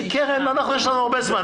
קרן, לנו יש הרבה זמן.